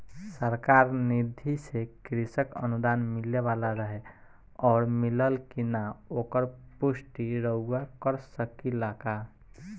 सरकार निधि से कृषक अनुदान मिले वाला रहे और मिलल कि ना ओकर पुष्टि रउवा कर सकी ला का?